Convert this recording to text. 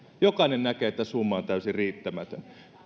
jokainen näkee että summa on täysin riittämätön